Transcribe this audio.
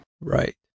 right